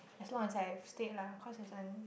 as long as I've stayed lah cause isn't